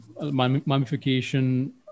mummification